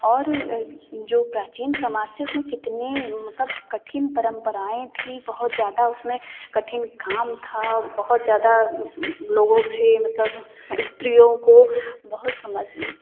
और जो प्राचीन समाज थे उसमें कितने मतलब कठिन परम्पराएँ थीं बहुत ज़्यादा उसमें कठिन काम था बहुत ज़्यादा लोगों से मतलब स्त्रियों को बहुत समझा